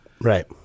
Right